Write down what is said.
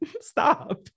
Stop